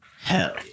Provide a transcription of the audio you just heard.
Hell